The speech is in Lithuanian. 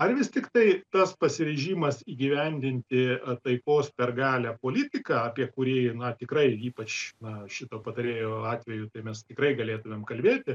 ar vis tiktai tas pasiryžimas įgyvendinti taikos per galią politiką apie kurį na tikrai ypač na šito patarėjo atveju tai mes tikrai galėtumėm kalbėti